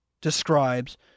describes